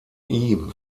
ihm